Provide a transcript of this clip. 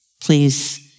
please